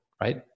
Right